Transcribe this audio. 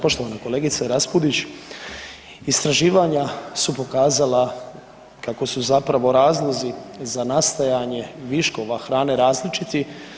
Poštovana kolegice Raspudić, istraživanja su pokazala kako su zapravo razlozi za nastajanje viškova hrane različiti.